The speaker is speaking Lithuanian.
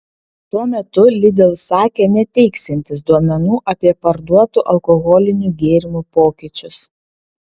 tuo metu lidl sakė neteiksiantys duomenų apie parduotų alkoholinių gėrimų pokyčius